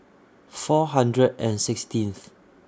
four hundred and sixteenth